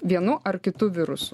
vienu ar kitu virusu